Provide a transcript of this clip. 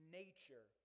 nature